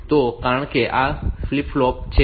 તો કારણ કે આ ફ્લિપ ફ્લોપ છે